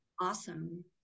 Awesome